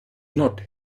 not